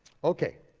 okay,